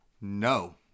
No